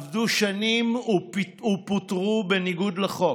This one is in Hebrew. עבדו שנים ופוטרו בניגוד לחוק.